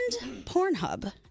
Pornhub